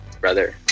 brother